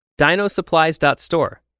Dinosupplies.store